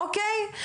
אוקיי?